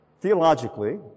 Theologically